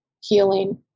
healing